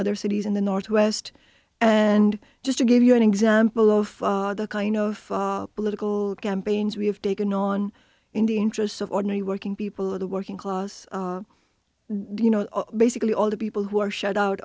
other cities in the northwest and just to give you an example of the kind of political campaigns we have taken on in the interests of ordinary working people of the working class the you know basically all the people who are shut out